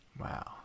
Wow